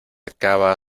acaba